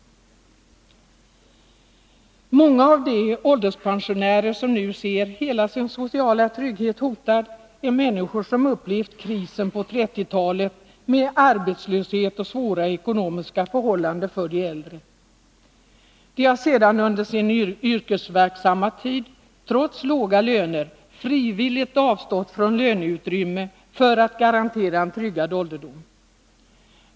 Många av de ålderspensionärer som nu ser hela sin sociala trygghet hotad är människor som upplevt krisen på 30-talet med arbetslöshet och svåra ekonomiska förhållanden för de äldre. De har sedan under sin yrkesverksamma tid, trots låga löner, frivilligt avstått från löneutrymme för att bli garanterade en tryggad ålderdom.